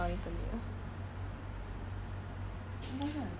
应该是很像说我等你 hor